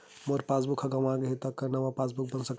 मोर passbook ह गंवा गे हे त का नवा पास बुक बन सकथे?